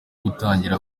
gutangira